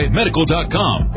medical.com